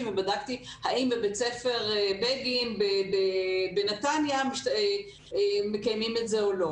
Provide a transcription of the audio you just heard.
ובדקתי האם בבית ספר בגין בנתניה מקיימים את זה או לא.